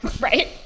Right